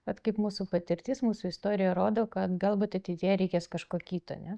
bet kaip mūsų patirtis mūsų istorija rodo kad galbūt ateityje reikės kažko kito ane